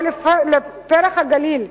או ל"פרי הגליל",